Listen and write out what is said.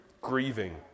grieving